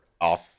off